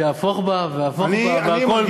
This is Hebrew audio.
שהפוך בה והפוך בה והכול בה.